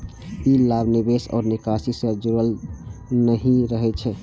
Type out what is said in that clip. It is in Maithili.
ई लाभ निवेश आ निकासी सं जुड़ल नहि रहै छै